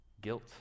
Guilt